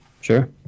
Sure